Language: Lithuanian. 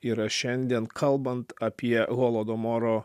yra šiandien kalbant apie holodomoro